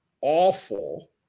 awful